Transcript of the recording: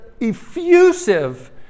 effusive